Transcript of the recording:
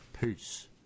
Peace